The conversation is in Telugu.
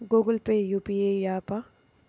గూగుల్ పే యూ.పీ.ఐ య్యాపా?